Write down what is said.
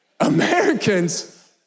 Americans